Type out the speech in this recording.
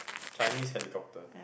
Chinese helicopter